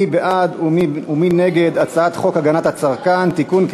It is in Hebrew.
מי בעד ומי נגד הצעת חוק הגנת הצרכן (תיקון,